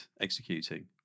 executing